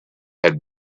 had